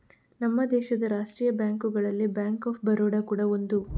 ನಮ್ಮ ದೇಶದ ರಾಷ್ಟೀಯ ಬ್ಯಾಂಕುಗಳಲ್ಲಿ ಬ್ಯಾಂಕ್ ಆಫ್ ಬರೋಡ ಕೂಡಾ ಒಂದು